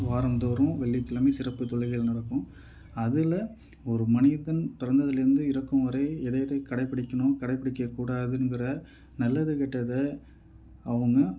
வாரம் தோறும் வெள்ளிக்கிழமை சிறப்பு தொழுகை நடக்கும் அதில் ஒரு மனிதன் பிறந்ததுலேயிருந்து இறக்கும் வரை எதை எதை கடைப்பிடிக்கணும் கடைப்பிடிக்க கூடாதுங்கிற நல்லது கெட்டதை அவுங்க